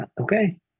Okay